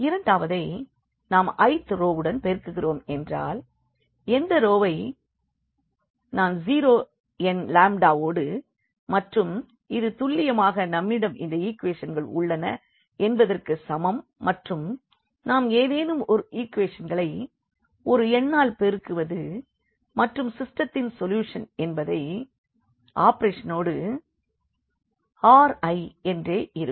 இரண்டாவதை நாம் i thரோவுடன் பெருக்குகிறோம் என்றால் எந்த ரோவை ஒரு நான் ஸீரோ எண் லம்டா வோடு மற்றும் துல்லியமாக நம்மிடம் அந்த ஈக்குவேஷன்கள் உள்ளன என்பதற்கு சமம் மற்றும் நாம் ஏதேனும் ஈக்குவேஷன்களை ஒரு எண்ணால் பெருக்குவது மற்றும் சிஸ்டெத்தின் சொல்யூஷன் என்பது ஆபேரேஷனோடு Ri என்றே இருக்கும்